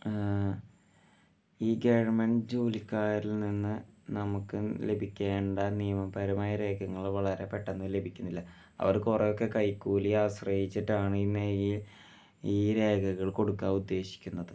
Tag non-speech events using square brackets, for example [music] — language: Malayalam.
ഈ ഗവണ്മെൻ്റ് ജോലിക്കാരിൽ നിന്ന് നമുക്ക് ലഭിക്കേണ്ട നിയമപരമായ രേഖകൾ വളരെ പെട്ടെന്ന് ലഭിക്കുന്നില്ല അവർക്ക് കുറേ ഒക്കെ കൈക്കൂലി ആശ്രയിച്ചിട്ടാണ് ഈ [unintelligible] ഈ രേഖകൾ കൊടുക്കാൻ ഉദ്ദേശിക്കുന്നത്